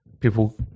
people